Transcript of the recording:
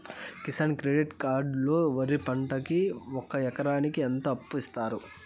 Kisan credit card లో వరి పంటకి ఒక ఎకరాకి ఎంత అప్పు ఇస్తారు?